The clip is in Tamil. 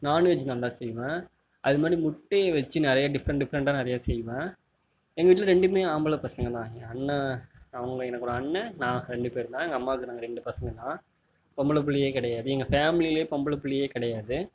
நான்வெஜ் நல்லா செய்வேன் அதுமாதிரி முட்டையை வச்சு நிறைய டிஃப்ரெண்ட் டிஃப்ரெண்டாக நிறையா செய்வேன் எங்கள் வீட்டில் ரெண்டும் ஆம்பளை பசங்கள்தான் என் அண்ணண் அவங்க எனக்கு ஒரு அண்ணண் நான் ரெண்டு பேர் தான் எங்கள் அம்மாவுக்கு நாங்க ரெண்டு பசங்கள்தான் பொம்பளை பிள்ளையே கிடையாது எங்கள் ஃபேமிலிலேயே பொம்பளை பிள்ளையே கிடையாது